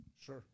sure